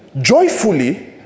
joyfully